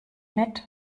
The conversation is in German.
mit